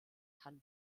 kann